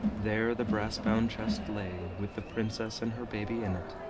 there the brass-bound chest lay, with the princess and her baby in it,